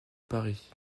paris